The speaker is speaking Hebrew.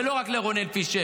ולא רק לרונאל פישר.